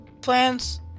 plans